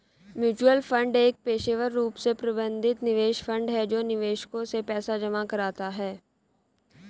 mutual fund एक पेशेवर रूप से प्रबंधित निवेश फंड है जो निवेशकों से पैसा जमा कराता है